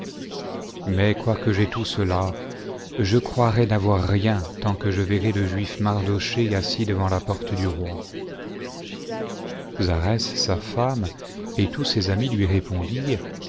mais quoique j'aie tout cela je croirai n'avoir rien tant que je verrai le juif mardochée assis devant la porte du roi j sa femme et tous ses amis lui répondirent